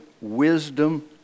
Wisdom